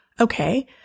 okay